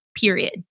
period